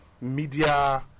media